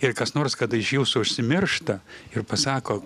ir kas nors kada iš jūsų užsimiršta ir pasako